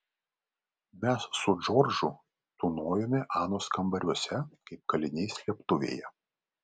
mes su džordžu tūnojome anos kambariuose kaip kaliniai slėptuvėje